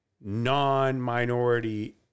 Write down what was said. non-minority